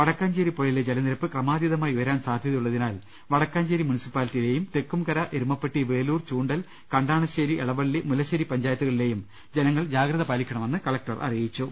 വടക്കാഞ്ചേരി പുഴ യിലെ ജലനിരപ്പ് ക്രമാതീതമായി ഉയരാൻ സാധ്യതയുള്ളതിനാൽ വട ക്കാഞ്ചേരി മുനിസിപ്പാലിറ്റിയിലെയും തെക്കുംകര എരുമപ്പെട്ടി വേലൂർ ചൂണ്ടൽ കണ്ടാണശ്ശേരി എളവള്ളി മുല്ലശ്ശേരി ഗ്രാമപഞ്ചായത്തുകളി ലെയും ജനങ്ങൾ ജാഗ്രത പാലിക്കണമെന്ന് കളക്ടർ അറിയിച്ചു